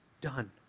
done